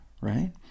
right